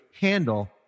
handle